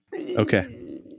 Okay